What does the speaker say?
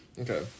Okay